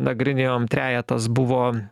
nagrinėjom trejetas buvo